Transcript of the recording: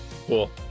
cool